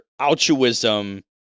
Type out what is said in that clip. altruism